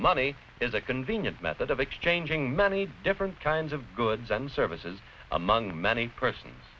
money is a convenient method of exchanging many different kinds of goods and services i'm mung many persons